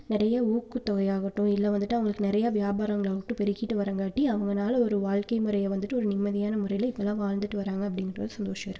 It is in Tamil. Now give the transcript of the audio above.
நிறைய ஊக்கத்தொகை ஆகட்டும் இல்லை வந்துட்டு அவங்களுக்கு நிறையா வியாபாரங்களாகட்டும் ஆகட்டும் பெருகிட்டு வராங்காட்டி அவங்களால் ஒரு வாழ்க்கை முறையை வந்துட்டு ஒரு நிம்மதியான முறையில இப்போதான் வாழ்ந்துகிட்டு வராங்கள் அப்படிங்குறதுல சந்தோஷம் இருக்குது